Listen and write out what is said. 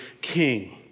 king